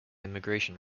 immigration